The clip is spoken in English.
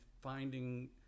finding